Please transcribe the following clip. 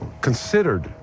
considered